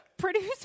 Producer